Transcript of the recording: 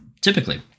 Typically